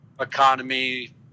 economy